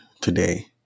today